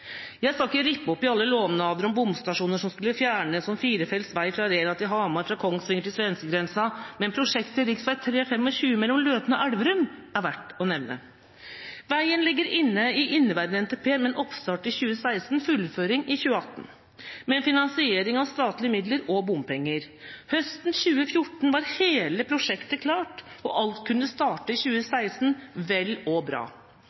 Jeg skal ikke rippe opp i alle lovnader om bomstasjoner som skulle fjernes, om firefelts vei fra Rena til Hamar og fra Kongsvinger til svenskegrensen, men prosjektet rv. 3/rv. 25 mellom Løten og Elverum er verdt å nevne. Veien ligger i inneværende NTP inne med en oppstart i 2016 og fullføring i 2018, med finansiering fra statlige midler og bompenger. Høsten 2014 var hele prosjektet klart, og alt kunne starte i 2016 – vel og bra.